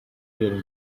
during